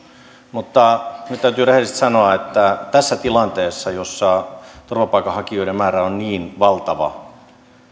mutta nyt täytyy rehellisesti sanoa että tässä tilanteessa jossa turvapaikanhakijoiden määrä on niin valtava